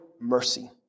mercy